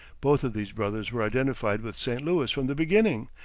both of these brothers were identified with st. louis from the beginning,